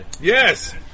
Yes